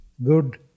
Good